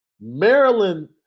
Maryland